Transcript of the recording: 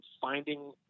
finding